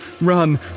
run